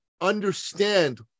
understand